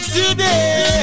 today